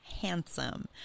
handsome